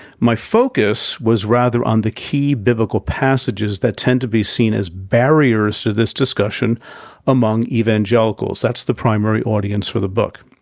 my focus was rather on the key biblical passages that tend to be seen as barriers to this discussion among evangelicals that's the primary audience for the book.